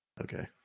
Okay